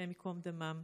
השם ייקום דם,